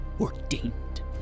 ordained